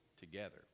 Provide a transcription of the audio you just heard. together